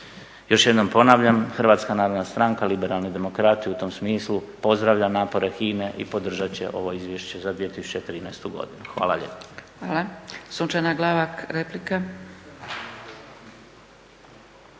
Još jednom ponavljam, Hrvatska narodna stranka – Liberalni demokrati u tom smislu pozdravlja napore HINA-e i podržat će ovo Izvješće za 2013. godinu. Hvala lijepa. **Zgrebec, Dragica